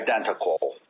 identical